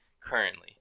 currently